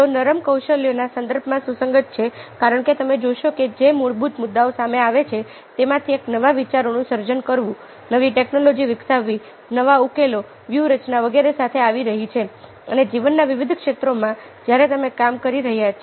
તેઓ નરમ કૌશલ્યોના સંદર્ભમાં સુસંગત છે કારણ કે તમે જોશો કે જે મૂળભૂત મુદ્દાઓ સામે આવે છે તેમાંથી એક નવા વિચારોનું સર્જન કરવું નવી ટેકનોલોજી વિકસાવવી નવા ઉકેલો વ્યૂહરચના વગેરે સાથે આવી રહી છે અને જીવનના વિવિધ ક્ષેત્રોમાં જ્યારે તમે કામ કરી રહ્યા છે